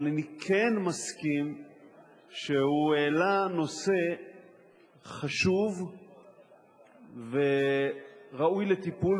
אבל אני כן מסכים שהוא העלה נושא חשוב וראוי לטיפול.